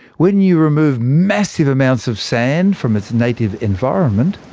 when you remove massive amounts of sand from its native environment,